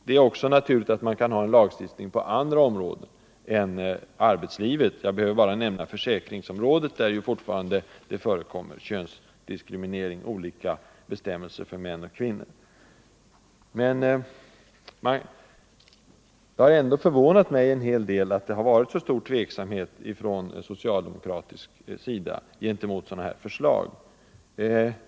Det är också naturligt att man kan ha en lagstiftning på andra områden än arbetslivets — jag behöver bara nämna försäkringsområdet, där det ju fortfarande förekommer könsdiskriminering, olika bestämmelser för män och kvinnor. Det har förvånat mig att man har varit så tveksam på socialdemokratisk sida inför våra förslag.